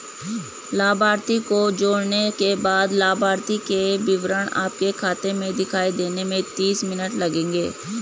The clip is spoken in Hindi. लाभार्थी को जोड़ने के बाद लाभार्थी के विवरण आपके खाते में दिखाई देने में तीस मिनट लगेंगे